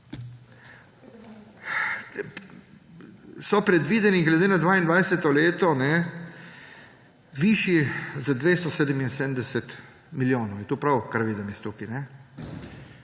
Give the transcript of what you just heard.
so predvideni glede na 2022. leto višji za 277 milijonov. Je to prav, kar vidim tukaj?